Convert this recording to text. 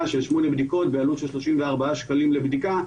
של שמונה בדיקות בעלות של 34 שקלים לבדיקה.